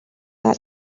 got